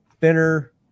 thinner